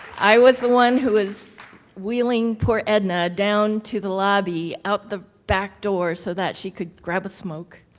i was the one who was wheeling poor edna down to the lobby out the back door so that she could grab a smoke.